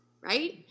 right